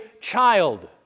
child